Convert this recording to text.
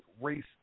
race